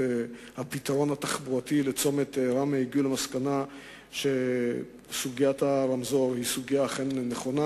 הפתרון התחבורתי לצומת ראמה הגיעו למסקנה שסוגיית הרמזור היא אכן נכונה.